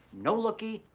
no lookie,